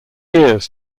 years